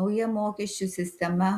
nauja mokesčių sistema